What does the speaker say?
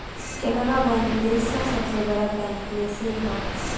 केनरा बैंक देस का सबसे बड़ा बैंक में से हौ